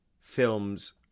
films